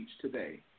today